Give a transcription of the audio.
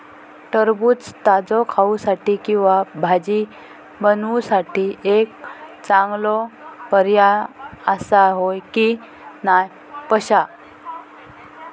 टरबूज ताजो खाऊसाठी किंवा भाजी बनवूसाठी एक चांगलो पर्याय आसा, होय की नाय पश्या?